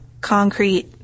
concrete